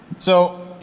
so, you